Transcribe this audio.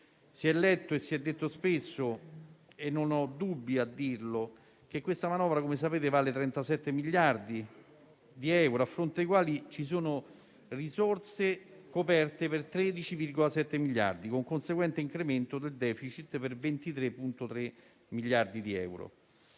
si è letto e si è detto spesso - e non ho dubbi a confermarlo -, questa manovra vale 37 miliardi di euro, a fronte dei quali ci sono risorse coperte per 13,7 miliardi, con un conseguente incremento del *deficit* per 23,3 miliardi di euro.